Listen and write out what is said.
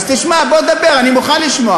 אז תשמע, בוא דבר, אני מוכן לשמוע.